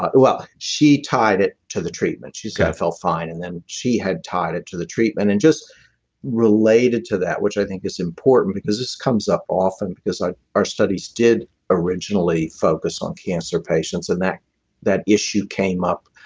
ah well, she tied it to the treatment, she's going felt fine and then she had tied it to the treatment. and just related to that which i think is important because this comes up often because our studies did originally focused on cancer patients and that that issue came up